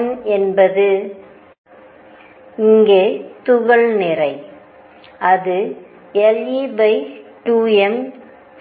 m என்பது இங்கே துகள் நிறை அது le2m சமம்